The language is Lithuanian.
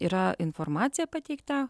yra informacija pateikta